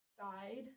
side